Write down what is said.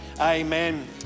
amen